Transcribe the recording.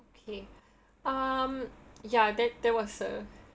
okay um ya that that was a